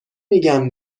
میگم